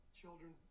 children